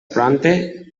prompte